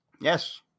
Yes